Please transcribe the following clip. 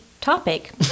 topic